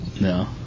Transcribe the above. No